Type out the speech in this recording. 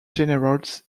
generals